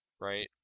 right